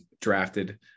drafted